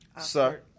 Sir